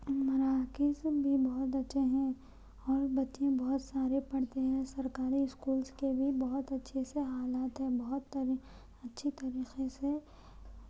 مراکز بھی بہت اچھے ہیں اور بچے بہت سارے پڑھتے ہیں سرکاری اسکولس کے بھی بہت اچھے سے حالت ہے اچھی طریقے سے